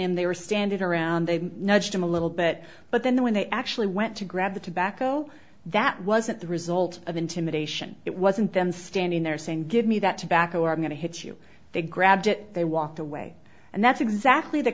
him they were standing around they nudged him a little bit but then when they actually went to grab the tobacco that wasn't the result of intimidation it wasn't them standing there saying give me that tobacco are going to hit you they grabbed it they walked away and that's exactly the